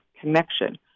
connection